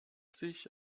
sich